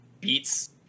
beats